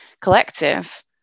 collective